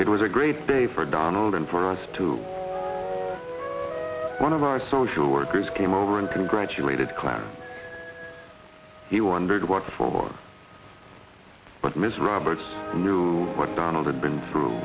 it was a great day for donald and for us to one of our social workers came over and congratulated clowne he wondered what for but ms roberts knew what donald had been through